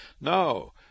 No